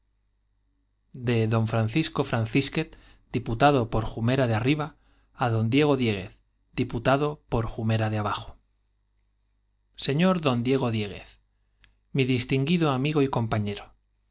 de don francisco francisquez diputado por jumera de arriba á don diego dieguez diputado por jumera de abajo sr d diego diéguez mi distinguido amigo teniendo y compañero